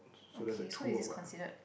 okay so is this considered